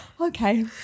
okay